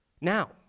Now